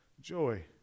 joy